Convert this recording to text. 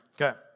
Okay